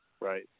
Right